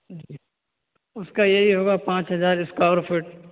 جی اس کا یہی ہوگا پانچ ہزار اسکوار فٹ فٹ